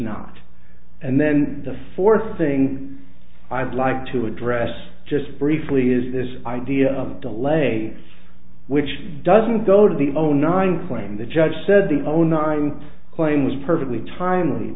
not and then the fourth thing i'd like to address just briefly is this idea of delay which doesn't go to the own nine claim the judge said the own ninth claim was perfectly timely